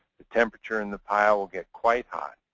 the temperature in the pile will get quite hot.